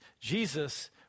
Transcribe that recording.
Jesus